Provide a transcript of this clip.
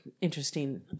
interesting